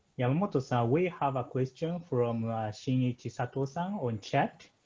yamamoto-san, we have a question from shinichi sato-san on chat.